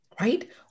right